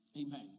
Amen